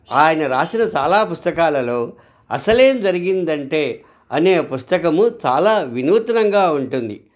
ఆయన రాసిన చాలా పుస్తకాలలో అసలేం జరిగిందంటే అనే పుస్తకము చాలా వినూత్నంగా ఉంటుంది